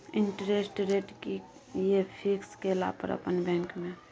Interest rate कि ये fix केला पर अपन बैंक में?